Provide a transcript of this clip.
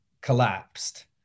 collapsed